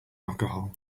alcohol